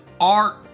art